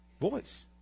voice